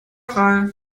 frei